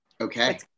Okay